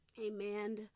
Amen